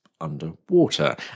underwater